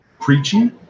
Preaching